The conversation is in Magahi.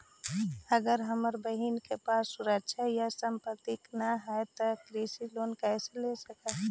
अगर हमर बहिन के पास सुरक्षा या संपार्श्विक ना हई त उ कृषि लोन कईसे ले सक हई?